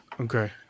Okay